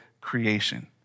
creation